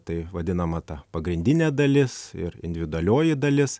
tai vadinama ta pagrindinė dalis ir individualioji dalis